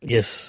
Yes